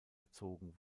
erzogen